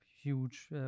huge